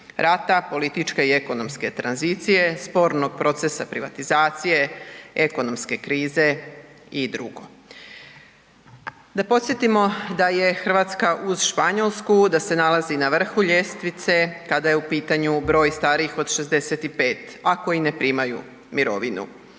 rata, političke i ekonomske tranzicije, spornog procesa privatizacije, ekonomske krize i drugo. Da podsjetimo da je Hrvatska uz Španjolsku, da se nalazi na vrhu ljestvice kada je u pitanju broj starijih od 65 g. a koji ne primaju mirovinu.